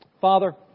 Father